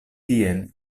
tiel